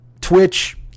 Twitch